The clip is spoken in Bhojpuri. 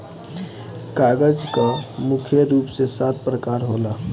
कागज कअ मुख्य रूप से सात प्रकार होला